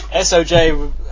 SOJ